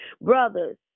Brothers